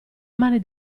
mani